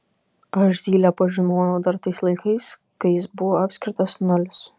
aš zylę pažinojau dar tais laikais kai jis buvo apskritas nulis